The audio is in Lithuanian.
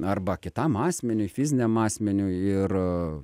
arba kitam asmeniui fiziniam asmeniui ir